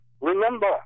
Remember